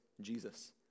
Jesus